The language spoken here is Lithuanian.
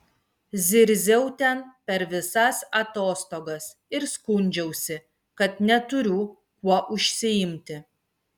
zirziau ten per visas atostogas ir skundžiausi kad neturiu kuo užsiimti